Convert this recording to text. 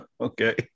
Okay